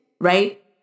Right